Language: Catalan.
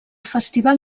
festival